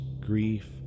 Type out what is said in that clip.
grief